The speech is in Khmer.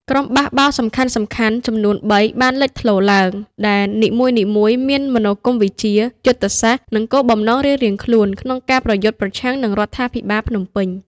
ក្រុមបះបោរសំខាន់ៗចំនួនបីបានលេចធ្លោឡើង ដែលនីមួយៗមានមនោគមវិជ្ជា យុទ្ធសាស្ត្រ និងគោលបំណងរៀងៗខ្លួនក្នុងការប្រយុទ្ធប្រឆាំងនឹងរដ្ឋាភិបាលភ្នំពេញ។